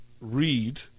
read